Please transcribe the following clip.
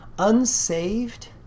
unsaved